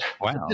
Wow